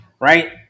right